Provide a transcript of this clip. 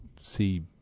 see